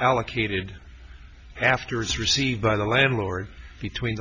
allocated after it's received by the landlord between